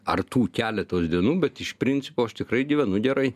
ar tų keletos dienų bet iš principo aš tikrai gyvenu gerai